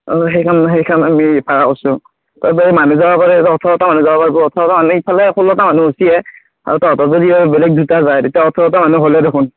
অ' সেইখন সেইখন আমি ভাৰা কৰিছোঁ মানুহ যাব পাৰে ওঠৰতা মানুহ যাব পাৰিব আৰু এইফালে ষোল্লটা মানুহ হৈছে এ আৰু তহঁতৰ যদি বেলেগ কোনোবা যায় তেতিয়া ওঠৰটা মানুহ হ'লে দেখোন